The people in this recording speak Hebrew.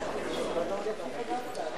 היושב-ראש חבר.